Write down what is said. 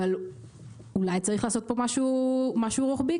אולי צריך לעשות משהו רוחבי?